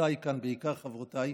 מחברותיי כאן, בעיקר חברותיי,